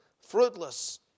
fruitless